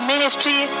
ministry